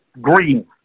green